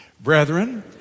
Brethren